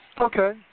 Okay